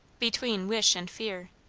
between wish and fear.